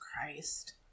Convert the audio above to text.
Christ